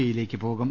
ഇയിലേക്ക് പോകും